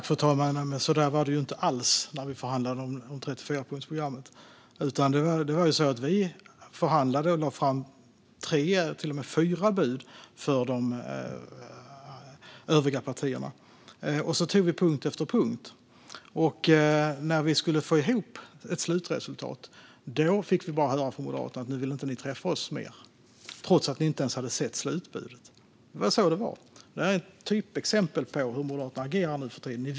Fru talman! Så där var det inte alls när vi förhandlade om 34-punktsprogrammet. Vi förhandlade och lade fram tre eller till och med fyra bud för de övriga partierna, och sedan tog vi punkt efter punkt. När vi skulle få ihop ett slutresultat fick vi bara höra från Moderaterna att ni inte ville träffa oss mer, trots att ni inte ens hade sett slutbudet. Det var så det var. Det är ett typexempel på hur Moderaterna agerar nu för tiden.